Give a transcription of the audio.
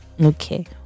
Okay